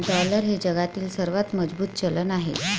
dollar हे जगातील सर्वात मजबूत चलन आहे